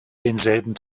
denselben